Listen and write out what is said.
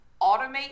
automate